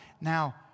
Now